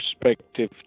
perspective